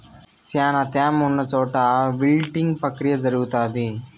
శ్యానా త్యామ ఉన్న చోట విల్టింగ్ ప్రక్రియ జరుగుతాది